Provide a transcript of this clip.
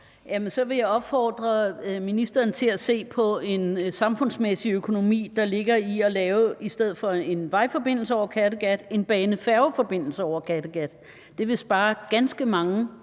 så vil jeg opfordre ministeren til at se på den samfundsmæssige økonomi, der ligger i at lave en bane-færge-forbindelse over Kattegat i stedet for en vejforbindelse. Det vil spare betragtelig mange